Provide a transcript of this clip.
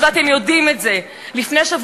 ולבסוף,